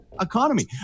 Economy